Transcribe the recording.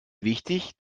wichtig